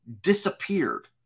disappeared